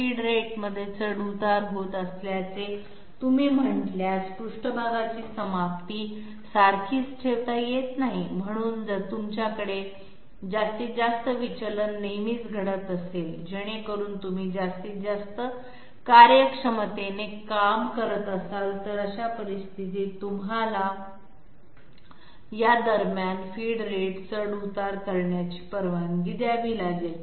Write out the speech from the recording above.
feed रेटमध्ये चढ उतार होत असल्याचे तुम्ही म्हटल्यास पृष्ठभागाची समाप्ती सारखीच ठेवता येत नाही म्हणून जर तुमच्याकडे जास्तीत जास्त विचलन नेहमीच घडत असेल जेणेकरुन तुम्ही जास्तीत जास्त कार्यक्षमतेने काम करत असाल अशा परिस्थितीत तुम्हाला या दरम्यान फीड रेट चढ उतार करण्याची परवानगी द्यावी लागेल